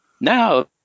Now